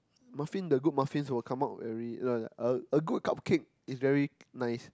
muffin the good muffin will come out very a a good cupcake is very nice